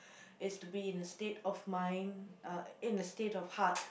is to be in a state of mind uh in a state of heart